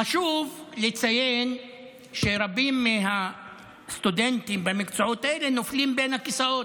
חשוב לציין שרבים מהסטודנטים במקצועות האלה נופלים בין הכיסאות,